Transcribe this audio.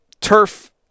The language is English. Turf